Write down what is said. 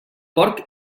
porc